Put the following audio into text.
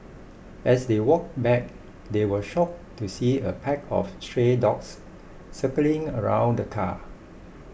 as they walked back they were shock to see a pack of stray dogs circling around the car